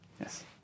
Yes